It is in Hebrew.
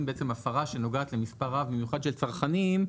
הפרה שנוגעת למספר רב במיוחד של צרכנים,